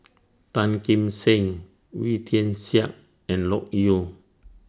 Tan Kim Seng Wee Tian Siak and Loke Yew